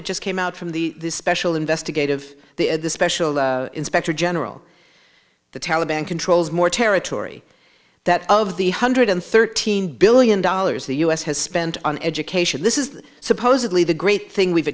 that just came out from the special investigative the special inspector general the taliban controls more territory that of the hundred thirteen billion dollars the u s has spent on education this is supposedly the great thing we've